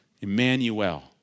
Emmanuel